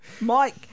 Mike